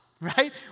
right